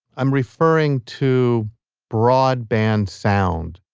i'm referring to broadband sound,